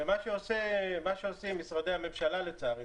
ומה שעושים משרדי הממשלה לצערי,